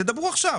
דברו עכשיו.